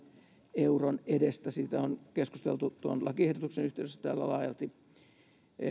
euron edestä josta on keskusteltu tuon lakiehdotuksen yhteydessä täällä laajalti